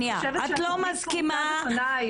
אני חושבת שהתוכנית פרוסה לפנייך.